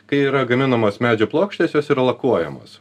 kai yra gaminamos medžio plokštės jos yra lakuojamos